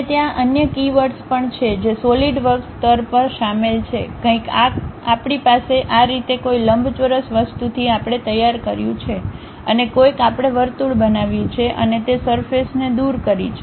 અને ત્યાં અન્ય કીવર્ડ્સ પણ છે જે સોલિડવક્સ સ્તર પર શામેલ છે કંઈક આ કંઈક આપણી પાસે આ રીતે કોઈ લંબચોરસ વસ્તુથી આપણે તૈયાર કર્યું છે અને કોઈક આપણે વર્તુળ બનાવ્યું છે અને તે સરફેસને દૂર કરી છે